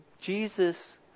Jesus